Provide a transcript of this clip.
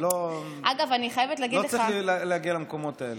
לא צריך להגיע למקומות האלה.